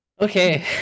Okay